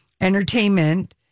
Entertainment